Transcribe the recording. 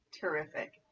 Terrific